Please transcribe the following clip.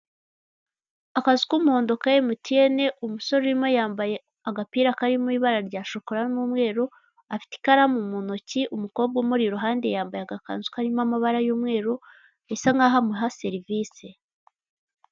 Akazu k'umuhondo ka emutiyeni umusore urimo yambaye agapira karimo ibara rya shokora n'umweru afite ikaramu mu ntoki umukobwa umuri iruhande yambaye agakanzu karimo amabara y'umweru bisa nkaho amuha serivise.